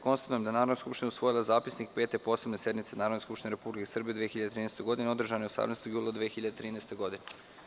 Konstatujem da je Narodna skupština usvojila Zapisnik Pete posebne sednice Narodne skupštine Republike Srbije u 2013. godini, održane 18. jula 2013. godine.